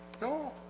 No